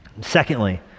Secondly